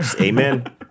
Amen